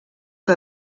que